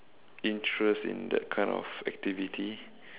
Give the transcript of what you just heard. interest in that kind of activity